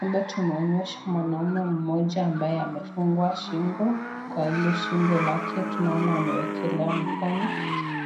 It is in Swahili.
Hapa tumeonyeshwa mwanaume mmoja ambaye amefungwa shingo. Kwa hilo shingo lake, tunaona amewekelea mkono,